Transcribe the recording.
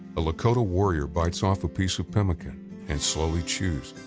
a lakota warrior bites off a piece of pemmican and slowly chews,